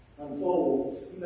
unfolds